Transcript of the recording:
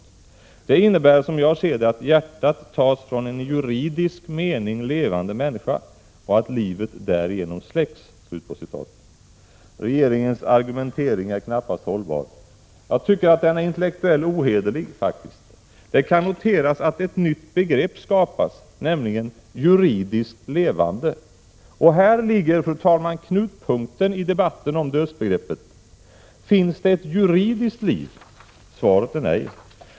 Det innebär, som jag ser det, att hjärtat tas från en i juridisk mening levande människa och att livet därigenom släcks.” Regeringens argumentering är knappast hållbar. Jag tycker faktiskt att den är intellektuellt ohederlig. Det kan noteras att ett nytt begrepp skapas, nämligen ”juridiskt levande”. Här ligger, fru talman, knutpunkten i debatten om dödsbegreppet. Finns det ett ”juridiskt liv”? Svaret är nej.